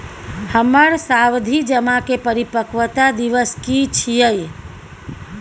हमर सावधि जमा के परिपक्वता दिवस की छियै?